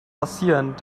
passieren